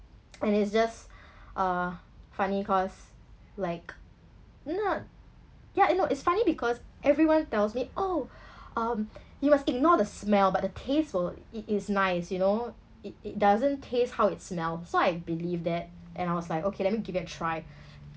and it's just uh funny cause like not yeah I know it's funny because everyone tells me oh um you must ignore the smell but the taste will it is nice you know it it doesn't taste how it smell so I believe that and I was like okay let me give it a try